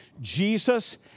Jesus